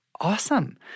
awesome